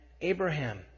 Abraham